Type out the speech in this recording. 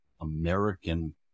American